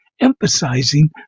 emphasizing